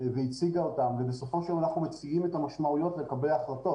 והציגה אותן ובסופו של דבר אנחנו מציעים את המשמעויות לגבי החלטות